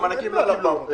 מענקים הם לא קיבלו.